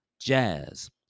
Jazz